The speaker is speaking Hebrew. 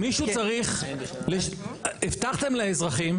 מה שכן כפל זה שמישהו צריך, הבטחתם לאזרחים,